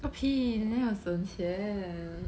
个屁你哪里有省钱